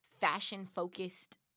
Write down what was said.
fashion-focused